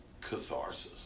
catharsis